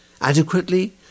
adequately